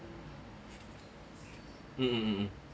mm mm